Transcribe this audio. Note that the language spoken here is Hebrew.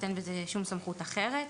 אין בזה שום סמכות אחרת.